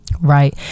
right